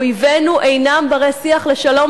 אויבינו אינם בני-שיח לשלום,